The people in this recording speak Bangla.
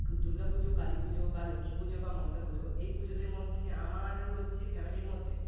দুর্গাপুজো কালীপুজো বা লক্ষীপুজো বা মনসাপুজো এই পুজোদের মধ্যে আমার হচ্ছে ফ্যামিলির মধ্যে